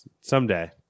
Someday